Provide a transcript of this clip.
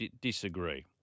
Disagree